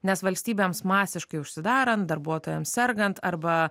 nes valstybėms masiškai užsidarant darbuotojams sergant arba